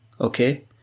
Okay